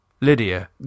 Lydia